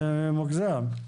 זה מוגזם.